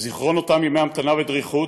זיכרון אותם ימי המתנה ודריכות,